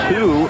Two